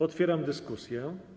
Otwieram dyskusję.